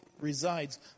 resides